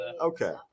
Okay